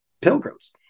pilgrims